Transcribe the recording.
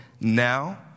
now